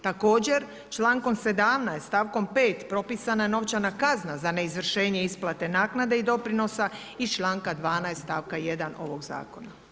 Također, člankom 17. stavkom 5. propisana je novčana kazna za neizvršenje isplate naknade i doprinosa iz članka 12. stavka 1. ovog Zakona.